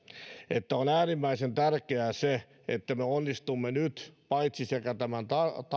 eli on äärimmäisen tärkeää että me onnistumme nyt paitsi tämän